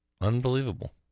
Unbelievable